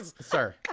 Sir